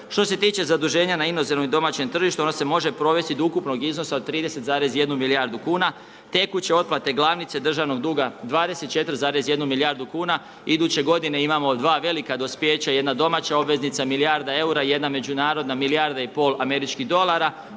Što se tiče zaduženja u inozemnom i domaćem tržištu, ona se može provesti od ukupnog iznosa od 30,1 milijardu kn. Tekuće otplate, glavnice državnog duga 24,1 milijardu kuna. Iduće g. imamo 2 velika dospijeća jedna domaća obveznica milijarda eura i jedna međunarodna milijarda i pol američkih dolara,